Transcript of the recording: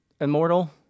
immortal